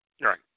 Right